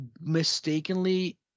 mistakenly